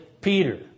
Peter